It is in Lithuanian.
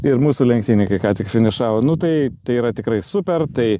ir mūsų lenktynininkai ką tik finišavo nu tai tai yra tikrai super tai